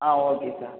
ah okay sir